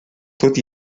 tot